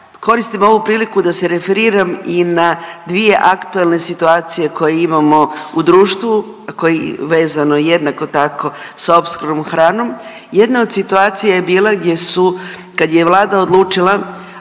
koristim ovu priliku da se referiram i na dvije aktualne situacije koje imamo u društvu, a koje je vezano jednako tako sa opskrbom hranom. Jedna od situacija je bila gdje su kad je Vlada odlučila